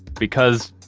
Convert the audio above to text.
because,